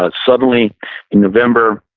ah suddenly in november,